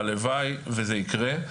הלוואי וזה ייקרה,